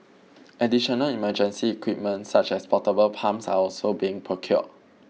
additional emergency equipment such as portable pumps are also being procured